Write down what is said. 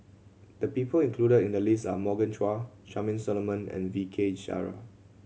the people included in the list are Morgan Chua Charmaine Solomon and V K